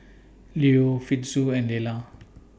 Lew Fitzhugh and Lela